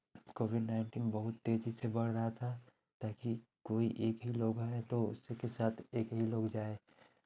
Covid nineteen बहुत तेज़ी से बढ़ रहा था ताकि कोई एक ही लोग है तो उसी के साथ एक ही लोग जाए